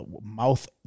mouth